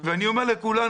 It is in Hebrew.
אני אומר לכולנו,